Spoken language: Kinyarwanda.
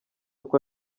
uko